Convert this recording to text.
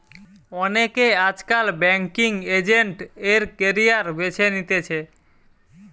অনেকে আজকাল banking agent এর ক্যারিয়ার বেছে নিতেছে